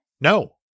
No